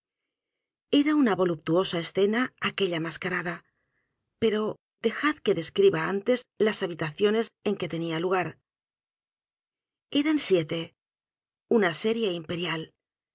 a una voluptuosa escena aquella mascarada p e r o dejad que describa antes las habitaciones en que tenía l u g a r eran s i e t e una serie imperial